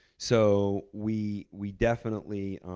so we we definitely